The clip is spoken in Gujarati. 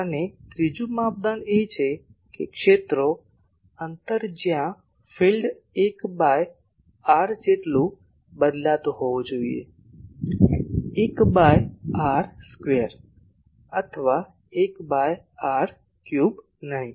અને ત્રીજું માપદંડ એ છે કે ક્ષેત્રો અંતર જ્યાં ફિલ્ડ 1 બાય r જેટલુ બદલાતું હોવું જોઈએ 1 બાય r સ્ક્વેર અથવા 1 બાય r ક્યુબ નહીં